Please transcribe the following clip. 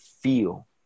feel